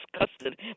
disgusted